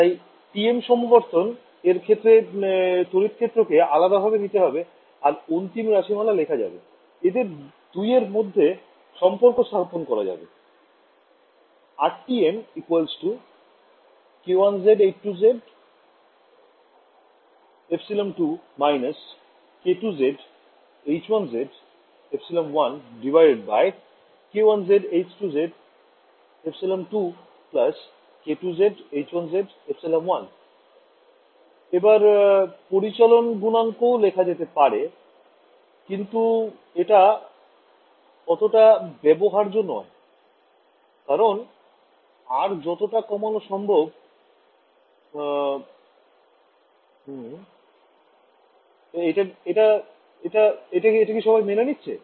তাই TM সমবর্তন এর ক্ষেত্রে তড়িৎ ক্ষেত্র কে আলাদা ভাবে নিতে হবে আর অন্তিম রাশিমালা লেখা যাবে এদের দুই এর মধ্যে সম্পর্ক স্থাপন করা যাবে RT M k1z h2z ε2 − k2z h1z ε1k1z h2z ε2 k2z h1z ε1 এবার পরিচলন গুনাঙ্ক ও লেখা যেতে পারে কিন্তু এটা অতটা ব্যবহার্য নয় কারণ R যতটা কমানো সম্ভব এটা কি সবাই মেনে নিচ্ছে